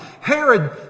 Herod